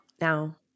now